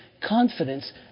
Confidence